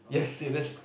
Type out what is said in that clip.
yes it is